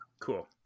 Cool